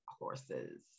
horses